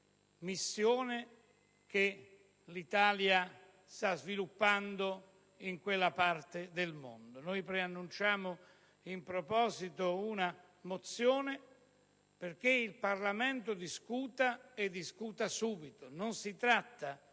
missione che l'Italia sta svolgendo in quella parte del mondo. Noi preannunciamo in proposito una mozione perché il Parlamento discuta e discuta subito. Non si tratta